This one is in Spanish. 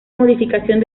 modificación